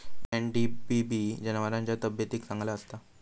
NDBB जनावरांच्या तब्येतीक चांगला असता